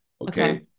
okay